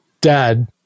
Dad